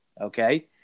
okay